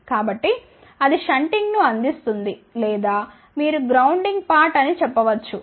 కాబట్టి అది షంటింగ్ను అందిస్తుంది లేదా మీరు గ్రౌండింగ్ పార్ట్ అని చెప్పవచ్చు